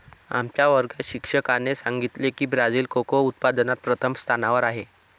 आमच्या वर्गात शिक्षकाने सांगितले की ब्राझील कोको उत्पादनात प्रथम स्थानावर आहे